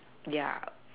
yeah